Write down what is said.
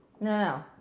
No